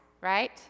right